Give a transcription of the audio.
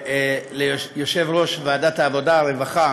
יושב-ראש ועדת העבודה והרווחה